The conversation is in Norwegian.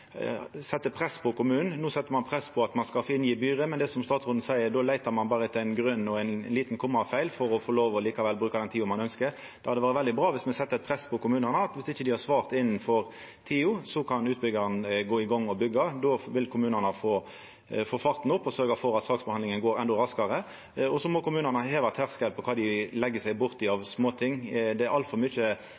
press på at ein skal få inn gebyret, men som statsråden seier, då leiter ein berre etter ein grunn og ein liten kommafeil for å få lov likevel til å bruka den tida ein ønskjer. Det hadde vore veldig bra viss ein sette eit press på kommunane: Viss dei ikkje har svart innanfor tida, kan utbyggjaren gå i gang og byggja. Då vil kommunane få farten opp og sørgja for at saksbehandlinga går endå raskare. Og så må kommunane heva terskelen for kva dei legg seg borti av småting. Det er altfor mykje